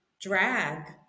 drag